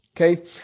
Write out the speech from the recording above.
Okay